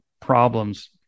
problems